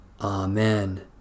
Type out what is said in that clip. Amen